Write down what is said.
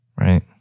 Right